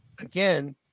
again